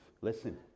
Listen